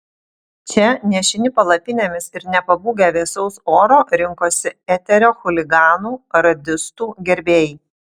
čia nešini palapinėmis ir nepabūgę vėsaus oro rinkosi eterio chuliganų radistų gerbėjai